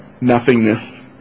Nothingness